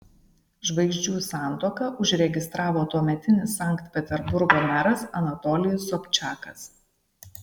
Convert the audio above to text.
žvaigždžių santuoką užregistravo tuometinis sankt peterburgo meras anatolijus sobčakas